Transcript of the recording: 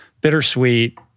bittersweet